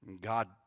God